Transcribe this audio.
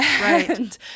Right